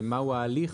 ומה הוא ההליך